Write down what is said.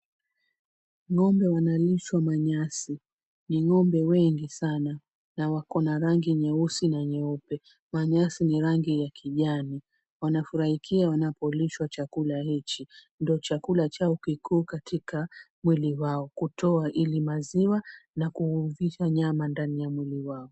Ng'ombe wanalishwa manyasi. Ni ng'ombe wengi sana na wakona rangi nyeusi na nyeupe. Manyasi ni rangi ya kijani. Wanafurahikia wanapolishwa chakula hichi. Ndio chakula chao kikuu katika mwili wao kutoa ili maziwa na kuvisha nyama ndani ya mwili wao.